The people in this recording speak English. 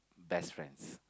best friends